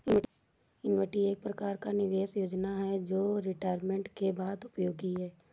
annuity एक प्रकार का निवेश योजना है जो रिटायरमेंट के बाद उपयोगी है